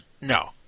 No